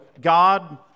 God